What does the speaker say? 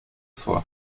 vor